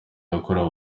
yakorewe